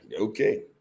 okay